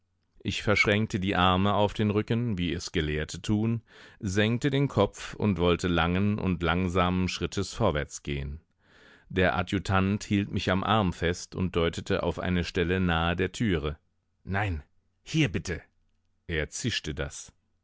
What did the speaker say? ich verschränkte die arme auf den rücken wie es gelehrte tun senkte den kopf und wollte langen und langsamen schrittes vorwärts gehen der adjutant hielt mich am arm fest und deutete auf eine stelle nahe der türe nein hier bitte er zischte das